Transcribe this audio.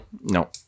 No